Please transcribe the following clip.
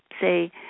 say